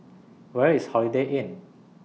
Where IS Holiday Inn